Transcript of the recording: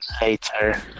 later